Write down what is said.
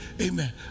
amen